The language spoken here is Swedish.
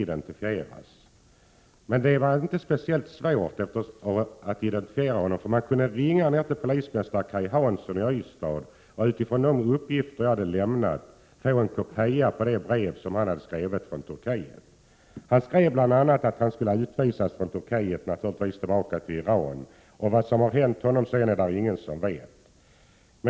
Men Regeringens beredning det var inte speciellt svårt att identifiera honom, för man kunde ha ringt ner — av frågan om lokalisetill polismästare Kaj Hansson i Ystad och utifrån de uppgifter jag hade ringenav det nya planlämnat få en kopia på det brev som skrivits från Turkiet. Personen i fråga och bostadsverket skrev bl.a. att han skulle ha utvisats, naturligtvis tillbaka till Iran. Vad som har hänt honom senare är det ingen som vet.